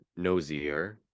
nosier